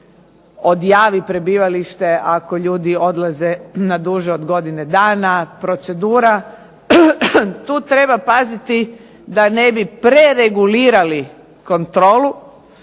odjavi prebivalište ako ljudi odlaze na duže od godine dana. Procedura tu treba paziti da ne bi preregulirali kontrolu